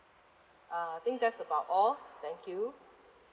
uh I think that's about all thank you